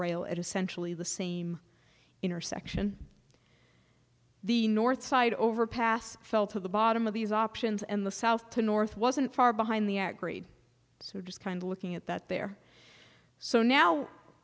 rail at essentially the same intersection the north side overpass fell to the bottom of these options and the south to north wasn't far behind the agri so just kind looking at that there so now